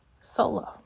solo